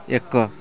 ଏକ